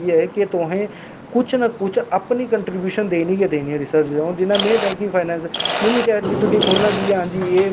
साढ़ियै भैने गी हिम्मत देने आस्तै कुसै ते कुसै कदम चुक्कना ऐ और उस टैंम बिच में एह् कदम अपनी राजपूती फैंमली च में पैहली कुड़ी ही जिनें एह् कदम चुक्केआ हा